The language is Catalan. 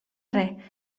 res